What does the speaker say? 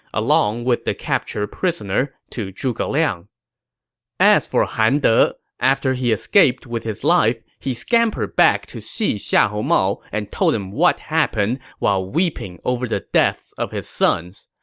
along with the captured prisoner, to zhuge liang as for han de, after he escaped with his life, he scampered back to see xiahou mao and told him what happened while weeping over the death of his sons.